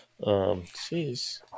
Jeez